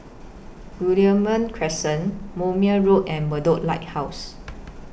Guillemard Crescent Moulmein Road and Bedok Lighthouse